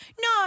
No